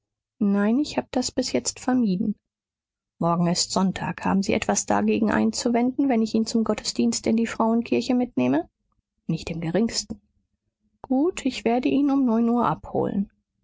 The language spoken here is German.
nein ich habe das bis jetzt vermieden morgen ist sonntag haben sie etwas dagegen einzuwenden wenn ich ihn zum gottesdienst in die frauenkirche mitnehme nicht im geringsten gut ich werde ihn um neun uhr abholen